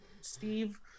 steve